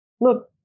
look